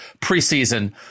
preseason